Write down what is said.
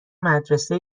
مدرسه